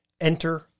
Enter